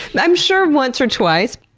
i'm sure once or twice.